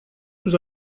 sous